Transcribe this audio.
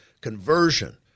conversion